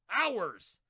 hours